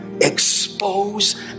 expose